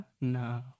No